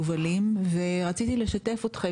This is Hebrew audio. רציתי לשתף אתכם,